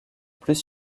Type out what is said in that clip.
plus